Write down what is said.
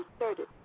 inserted